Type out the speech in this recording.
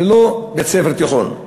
ללא בית-ספר תיכון.